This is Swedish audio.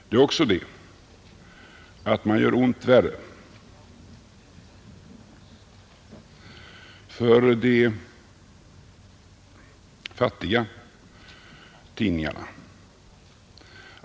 Man gör också ont värre för de fattiga tidningarna.